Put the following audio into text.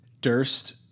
Durst